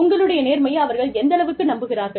உங்களுடைய நேர்மையை அவர்கள் எந்தளவிற்கு நம்புகிறார்கள்